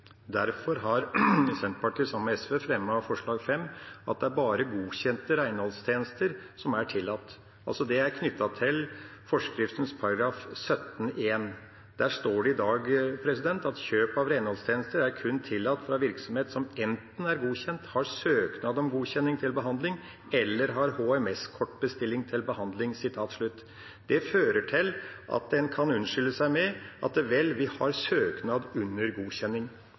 Derfor har Senterpartiet og SV fremmet forslag nr. 5, om at bare godkjente renholdsvirksomheter skal være tillatt. Det er knyttet til forskriften § 17 . Der står det i dag: «Kjøp av renholdstjeneste er kun tillatt fra virksomhet som enten er godkjent, har søknad om godkjenning til behandling eller har HMS-kortbestilling til behandling, jf. Det fører til at en kan unnskylde seg ved å si at en har en søknad til godkjenning.